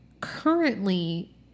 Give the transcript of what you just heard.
currently